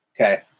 Okay